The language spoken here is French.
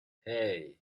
hey